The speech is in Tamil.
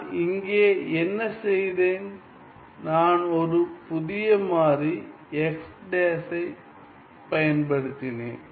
நான் இங்கே என்ன செய்தேன் நான் ஒரு புதிய மாறி ஐப் பயன்படுத்தினேன்